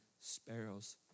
sparrows